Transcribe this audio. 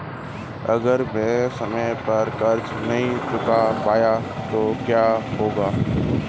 अगर मैं समय पर कर्ज़ नहीं चुका पाया तो क्या होगा?